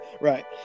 right